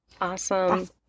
Awesome